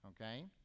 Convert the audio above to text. okay